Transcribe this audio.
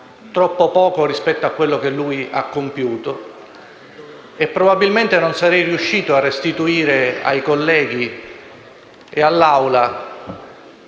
troppo poco rispetto a quello che lui ha compiuto e, probabilmente, non sarei riuscito a restituire ai colleghi e all'Assemblea